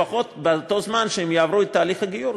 לפחות באותו זמן שהם יעברו את תהליך הגיור,